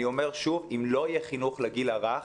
אני אומר שוב: אם לא יהיה חינוך לגיל הרך,